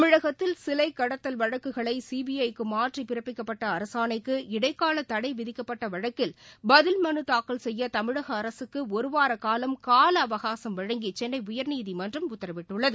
தமிழகத்தில் சிலைக் கடத்தல் வழக்குகளைசிபிஐ க்குமாற்றிபிறப்பிக்கப்பட்டஅரசாணைக்கு இடைக்காலதடைவிதிக்கப்பட்டவழக்கில் பதில் மனுதாக்கல் செய்யதமிழகஅரசுக்குஒருவாரகாலம் காலஅவகாசம் வழங்கிசென்னைஉயர்நீதிமன்றம் உத்தரவிட்டுள்ளது